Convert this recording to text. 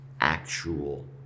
actual